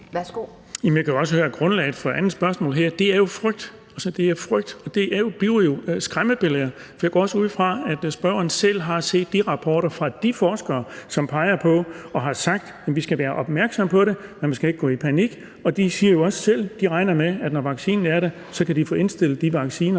jeg kan godt høre, at grundlaget for andet spørgsmål her, er frygt. Det er frygt, og det bliver jo skræmmebilleder. For jeg går også ud fra, at spørgeren selv har set de rapporter fra de forskere, som peger på og har sagt, at man skal være opmærksom på det, men man skal ikke gå i panik, og de siger jo også, at de selv regner med, at når vaccinen er der, kan de få indstillet de vacciner,